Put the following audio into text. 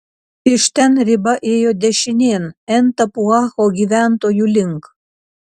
iš ten riba ėjo dešinėn en tapuacho gyventojų link